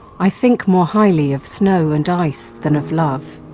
i think more highly of snow and ice than of love.